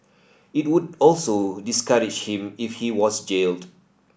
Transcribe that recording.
it would also discourage him if he was jailed